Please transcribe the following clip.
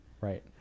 right